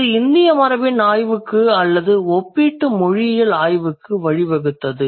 இது இந்திய மரபின் ஆய்வுக்கு அல்லது ஒப்பீட்டு மொழியியல் ஆய்வுக்கு வழி வகுத்தது